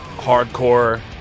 hardcore